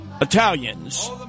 Italians